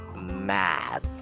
mad